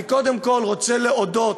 קודם כול, אני רוצה להודות